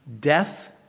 death